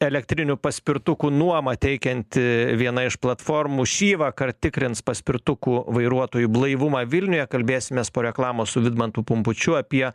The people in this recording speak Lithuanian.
elektrinių paspirtukų nuomą teikianti viena iš platformų šįvakar tikrins paspirtukų vairuotojų blaivumą vilniuje kalbėsimės po reklamos su vidmantu pumpučiu apie